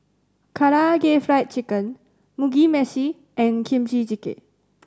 Karaage Fried Chicken Mugi Meshi and Kimchi Jjigae